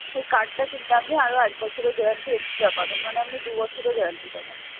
ওই কার্ডটা কিনলে আপনি আরো এক বছরের গ্যারেন্টি এক্সট্রা পাবেন মানে আপনি দু বছরের গ্যারেন্টি পাবেন